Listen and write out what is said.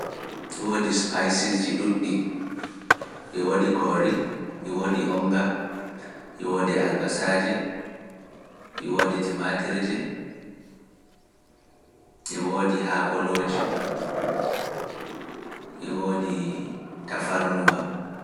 E woodi spices ji ɗuuɗɗi, e woodi kori, e woodi onnga, e woodi albasaaji, e woodi timatirji, e woodi haakolooji, e woodi tafarnuwa.